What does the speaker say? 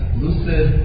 lucid